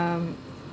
um